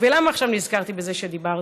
ולמה עכשיו נזכרתי בזה כשדיברתי?